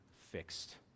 fixed